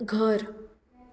घर